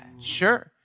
sure